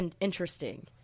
interesting